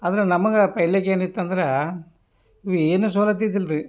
ಆದ್ರೆ ನಮಗೆ ಪೈಲೆಗೆ ಏನಿತ್ತಂದ್ರೆ ಏನೂ ಸವಲತ್ತು ಇದ್ದಿಲ್ಲರಿ